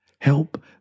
help